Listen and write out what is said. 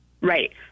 Right